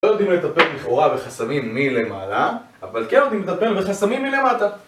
לא יודעים לטפל לכאורה בחסמים מלמעלה, אבל כן יודעים לטפל בחסמים מלמטה